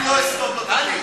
אני לא אסתום לו את הפה.